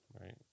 Right